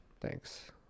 Thanks